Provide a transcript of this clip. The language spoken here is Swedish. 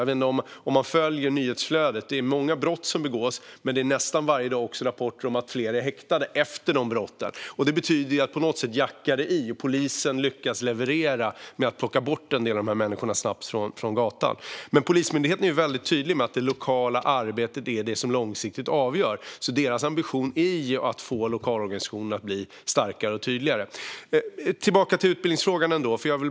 Det begås visserligen många brott, men nästan varje dag häktas också folk efter dessa brott. Det betyder att det jackar i och att polisen lyckas leverera och snabbt plocka bort en del av dessa människor från gatan. Polismyndigheten är tydlig med att det lokala arbetet är det som långsiktigt avgör. Så ambitionen är att få lokalorganisationen att bli starkare och tydligare. Tillbaka till utbildningsfrågan.